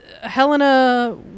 Helena